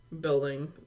building